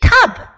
tub